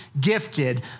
gifted